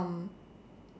um